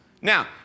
Now